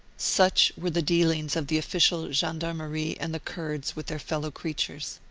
such were the dealings of the official gen darmerie and the kurds with their fellow-creatures.